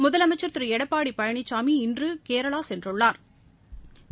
முதலமைச்சா் திரு எடப்பாடி பழனிசாமி இன்று கேரளா சென்றுள்ளாா்